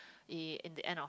eh in the end of